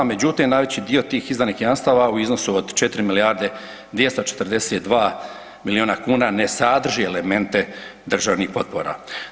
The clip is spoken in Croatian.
Međutim, najveći dio tih izdanih jamstava u iznosu od 4 milijarde i 242 milijuna kuna ne sadrži elemente državnih potpora.